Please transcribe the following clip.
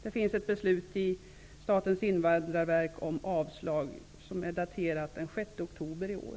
Det finns ett beslut från Statens invandrarverk om avslag daterat den 6 oktober i år.